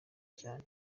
cyane